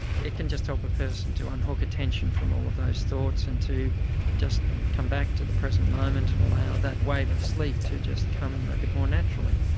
it can just help a person to unhook attention from all of those thoughts and to just come back to the present moment and allow that wave of sleep to just come a bit more naturally.